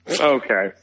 Okay